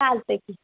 चालतंय की